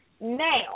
now